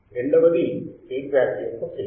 రెండవది feedback యొక్క phase